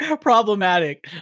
Problematic